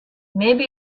maybe